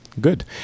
Good